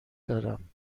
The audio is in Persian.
دارم